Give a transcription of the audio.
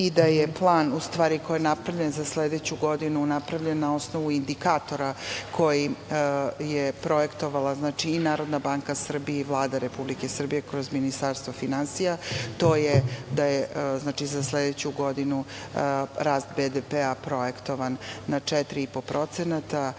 dinara. Plan koji je napravljen za sledeću godinu napravljen na osnovu indikatora koji je projektovala i NBS i Vlada Republike Srbije kroz Ministarstvo finansija. Znači, za sledeću godinu rast BDP projektovan na 4,5%.